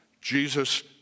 Jesus